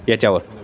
याच्यावर